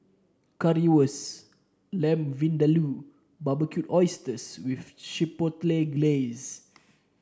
Lamb Vindaloo and Barbecued Oysters with Chipotle Glaze